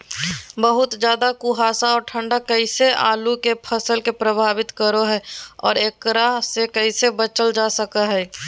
बहुत ज्यादा कुहासा और ठंड कैसे आलु के फसल के प्रभावित करो है और एकरा से कैसे बचल जा सको है?